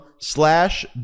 slash